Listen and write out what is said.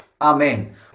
Amen